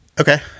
Okay